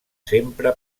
sempre